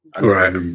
Right